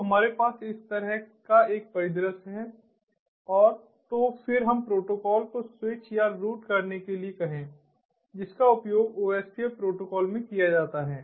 तो हमारे पास इस तरह का एक परिदृश्य है और तो फिर हम प्रोटोकॉल को स्विच या रूट करने के लिए कहें जिसका उपयोग OSPF प्रोटोकॉल में किया जाता है